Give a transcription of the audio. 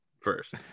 First